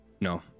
no